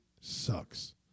sucks